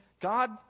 God